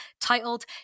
titled